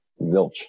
zilch